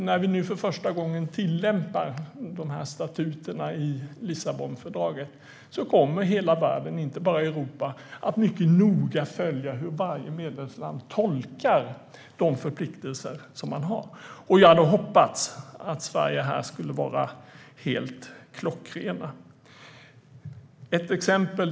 När vi nu för första gången tillämpar dessa statuter i Lissabonfördraget kommer inte bara Europa utan hela världen att noga följa hur varje medlemsland tolkar de förpliktelser man har. Jag hade hoppats att Sverige skulle vara helt klockrent här. Herr talman!